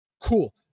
Cool